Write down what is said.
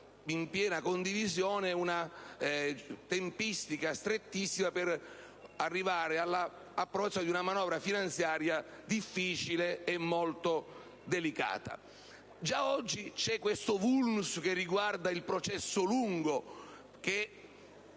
in piena condivisione in una tempistica strettissima per arrivare all'approvazione di una manovra finanziaria difficile e molto delicata. Già c'è questo *vulnus* che riguarda il processo lungo,